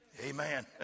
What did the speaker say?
Amen